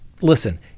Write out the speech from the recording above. Listen